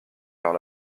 vers